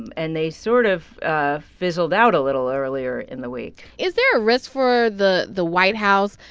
and they sort of ah fizzled out a little earlier in the week is there a risk for the the white house,